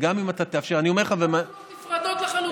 קפסולות נפרדות לחלוטין.